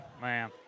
Man